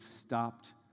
stopped